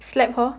slapped her